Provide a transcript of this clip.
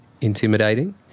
intimidating